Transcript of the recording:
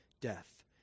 death